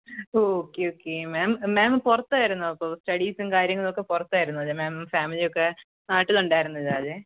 okay okay ma'am ma'am പുറത്തായിരുന്നോ അപ്പോൾ സ്റ്റഡീസും കാര്യങ്ങളുമൊക്കെ പുറത്തായിരുന്നല്ലേ മാം ഫാമിലിയൊക്കെ നാട്ടിലുണ്ടായിരുന്നില്ലവർ